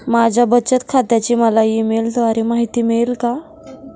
माझ्या बचत खात्याची मला ई मेलद्वारे माहिती मिळेल का?